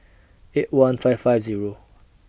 eight one five five Zero